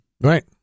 Right